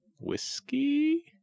whiskey